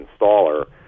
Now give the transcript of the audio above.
installer